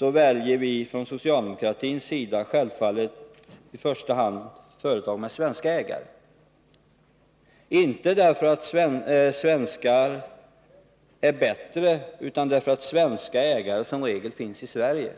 väljer vi från socialdemokratins sida självfallet i första hand företag med svenska ägare. Det gör vi inte därför att svenskar är bättre utan därför att svenska ägare som regel finns i Sverige.